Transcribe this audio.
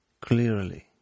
clearly